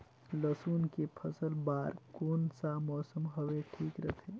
लसुन के फसल बार कोन सा मौसम हवे ठीक रथे?